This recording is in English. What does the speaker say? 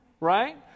right